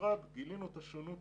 גילינו את השונות